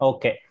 Okay